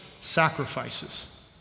sacrifices